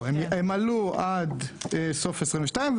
הם עלו עד סוף 2022,